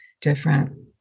different